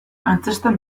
antzezten